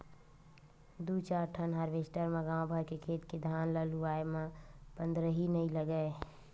दू चार ठन हारवेस्टर म गाँव भर के खेत के धान ल लुवाए म पंदरही नइ लागय